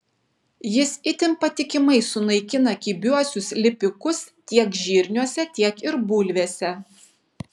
jis itin patikimai sunaikina kibiuosius lipikus tiek žirniuose tiek ir bulvėse